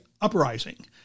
uprising